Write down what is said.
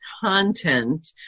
content